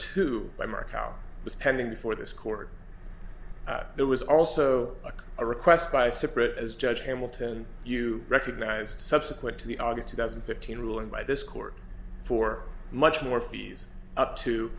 two by mark out was pending before this court there was also a request by separate as judge hamilton you recognized subsequent to the august two thousand and fifteen ruling by this court for much more fees up to